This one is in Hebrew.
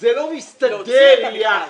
זה לא מסתדר יחד.